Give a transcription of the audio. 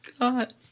god